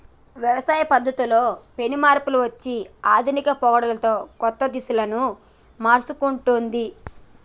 వ్యవసాయ పద్ధతుల్లో పెను మార్పులు వచ్చి ఆధునిక పోకడలతో కొత్త దిశలను మర్సుకుంటొన్ది